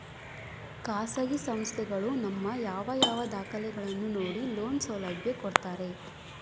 ಖಾಸಗಿ ಸಂಸ್ಥೆಗಳು ನಮ್ಮ ಯಾವ ಯಾವ ದಾಖಲೆಗಳನ್ನು ನೋಡಿ ಲೋನ್ ಸೌಲಭ್ಯ ಕೊಡ್ತಾರೆ?